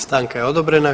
Stanka je odobrena.